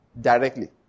directly